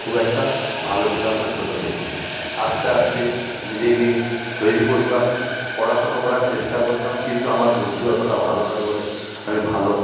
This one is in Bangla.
খুব একটা ভালো ছিলাম না ছোট থেকে আস্তে আস্তে নিজেকে তৈরি করতাম পড়াশুনো করার চেষ্টা করতাম কিন্তু আমার বুদ্ধি অতোটা ভালো নয় বলে আমি ভালো